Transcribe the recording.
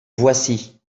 voici